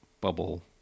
bubble